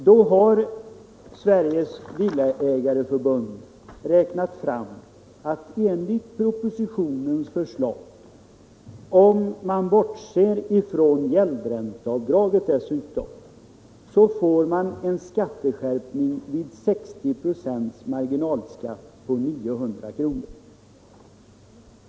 Då har Sveriges Villaägareförbund räknat fram att enligt propositionens förslag får man — om man bortser från gäldränteavdraget — en skatteskärpning vid 60 96 marginalskatt på 900 kr.